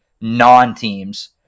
non-teams